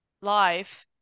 life